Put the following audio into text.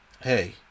hey